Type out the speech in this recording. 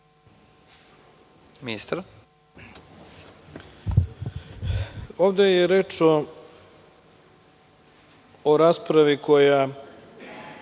ministar.